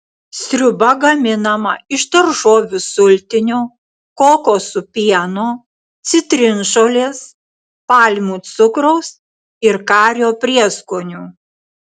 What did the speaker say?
sriuba gaminama iš daržovių sultinio kokosų pieno citrinžolės palmių cukraus ir kario prieskonių